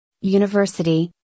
University